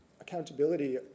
accountability